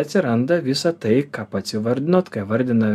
atsiranda visa tai ką pats įvardinot ką vardina